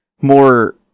more